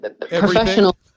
professional